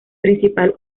principal